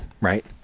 right